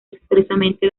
expresamente